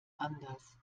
anders